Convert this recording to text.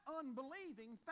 unbelieving